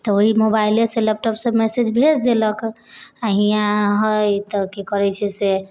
तऽ ओहि मोबाइलेसँ लैपटॉपे से मेसेज भेज देलक आओर हियाँ हय तऽ कि करै छै से